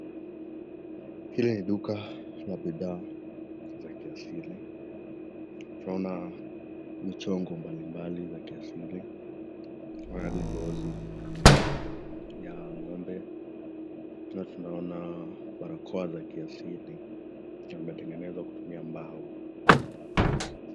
Hili ni duka la bidhaa ya kiasili, tunaona michongo mbalimbali za kiasili, tunaona hadi ngozi ya ng'ombe na tunaona barakoa la kiasili limetengenezwa kutumia mbao.